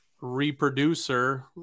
reproducer